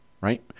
right